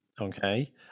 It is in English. okay